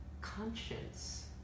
conscience